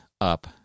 up